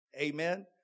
amen